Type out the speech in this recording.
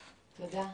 תודה.